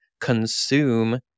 consume